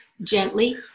gently